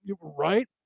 Right